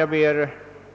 Jag ber att